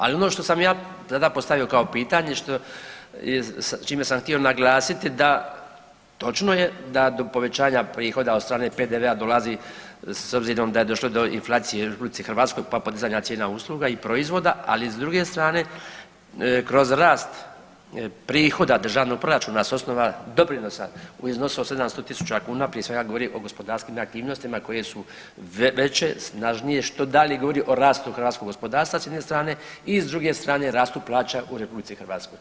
Ali ono što sam ja tada postavio kao pitanje s čime sam htio naglasiti da, točno je da do povećanja prihoda od strane PDV-a dolazi s obzirom da je došlo do inflacije u RH pa podizanja cijena usluga i proizvoda, ali s druge strane kroz rast prihoda državnog proračuna s osnova doprinosa u iznosu od 700.000 kuna prije svega govorim o gospodarskim aktivnostima koje su veće, snažnije što dalje govori o rastu hrvatskog gospodarstva s jedne strane i s druge strane rastu plaća u RH.